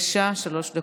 בבקשה, שלוש דקות.